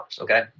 okay